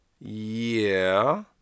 Yeah